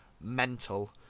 mental